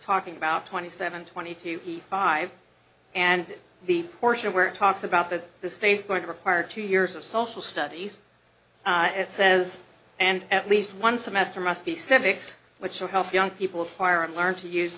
talking about twenty seven twenty to thirty five and the portion where it talks about that this state is going to require two years of social studies says and at least one semester must be civics which will help young people fire and learn to use